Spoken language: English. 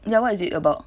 ya what is it about